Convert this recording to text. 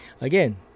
again